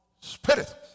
spirit